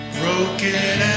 broken